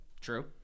True